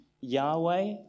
Yahweh